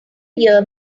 year